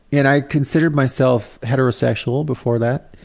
and i considered myself heterosexual before that,